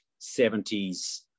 70s